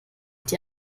die